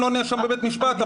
אני לא נאשם בבית משפט,